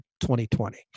2020